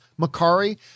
Makari